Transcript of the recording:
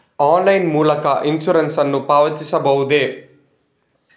Online ಮೂಲಕ insurance ನ್ನು ಪಾವತಿಸಬಹುದೇ?